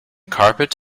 carpet